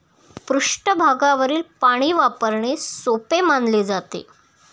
पृष्ठभागावरील पाणी वापरणे सोपे मानले जाते